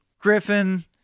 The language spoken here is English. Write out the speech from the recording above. Griffin